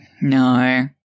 no